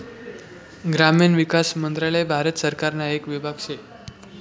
ग्रामीण विकास मंत्रालय भारत सरकारना येक विभाग शे